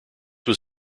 was